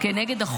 נא לצאת.